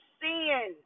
sin